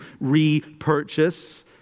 repurchase